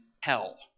hell